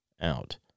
out